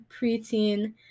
preteen